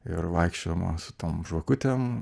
ir vaikščiojama su tom žvakutėm